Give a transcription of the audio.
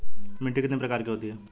मिट्टी कितने प्रकार की होती हैं?